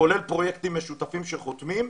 כולל פרויקטים משותפים שחותמים,